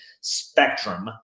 spectrum